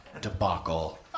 debacle